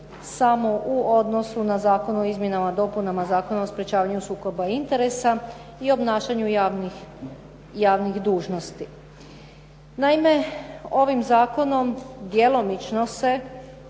samo u odnosu na Zakon o izmjenama i dopunama Zakona o sprječavanju sukoba interesa i obnašanju javnih, javnih dužnosti. Naime, ovim zakonom djelomično se